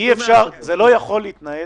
זה לא יכול להתנהל